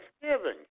Thanksgiving